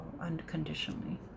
unconditionally